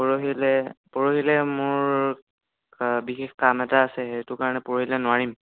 পৰহিলে পৰহিলে মোৰ বিশেষ কাম এটা আছে সেইটোকাৰণে পৰহিলে নোৱাৰিম